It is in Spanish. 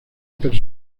personal